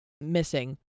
missing